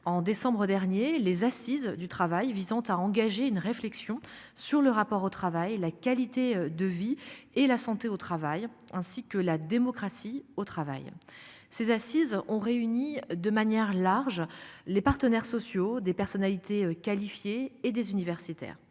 en décembre dernier. Les assises du travail visant à engager une réflexion sur le rapport au travail, la qualité de vie et la santé au travail, ainsi que la démocratie au travail. Ces assises ont réuni de manière large, les partenaires sociaux, des personnalités qualifiées et des universitaires.